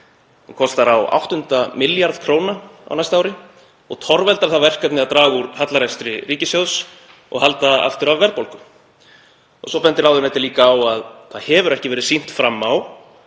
Hún kostar á áttunda milljarð króna á næsta ári og torveldar það verkefni að draga úr hallarekstri ríkissjóðs og halda aftur af verðbólgu. Svo bendir ráðuneytið líka á að ekki hafi verið sýnt fram á